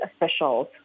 officials